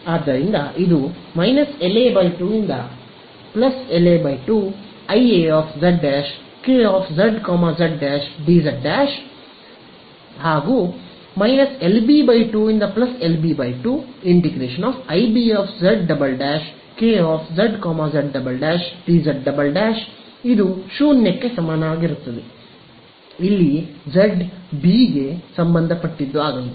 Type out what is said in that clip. ಆದ್ದರಿಂದ ಇದು −LA 2∫ LA 2IA z K z z dz −LB 2 ∫LB 2IB z K z z dz 0 z∈ B ಆಗಲಿದೆ